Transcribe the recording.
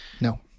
No